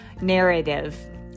narrative